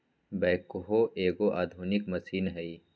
backhoe एगो आधुनिक machine हइ